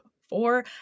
four